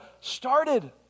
started